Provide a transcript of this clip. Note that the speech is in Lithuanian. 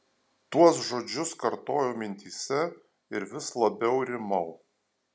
tuos žodžius kartojau mintyse ir vis labiau rimau